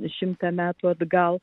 šimtą metų atgal